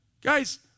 Guys